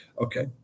Okay